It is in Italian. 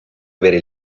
avere